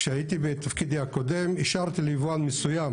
כשהייתי בתפקידי הקודם אישרתי ליבואן מסוים